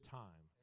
time